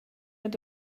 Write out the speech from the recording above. mit